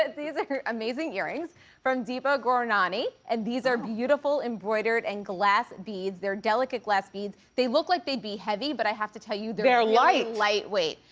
these like are amazing earrings from deepa gurnani and these are beautiful embroidered and glass beads. they're delicate glass beads. they look like they'd be heavy, but i have to tell you they're really like lightweight.